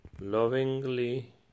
Lovingly